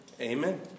Amen